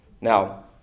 Now